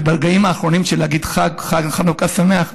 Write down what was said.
וברגעים האחרונים שלי אגיד חג חנוכה שמח.